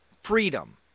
freedom